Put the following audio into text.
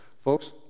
Folks